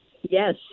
Yes